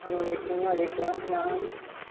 اَسلام علیکُم وعلیکُم اسَلام